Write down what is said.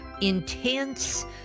intense